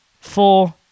Four